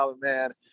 man